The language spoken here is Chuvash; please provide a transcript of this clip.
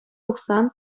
тухсан